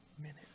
Minute